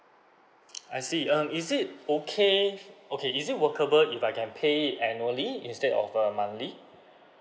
I see um is it okay okay is it workable if I can pay it annually instead of uh monthly